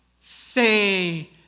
say